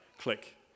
Click